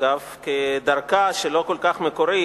אגב, כדרכה, שהיא לא כל כך מקורית,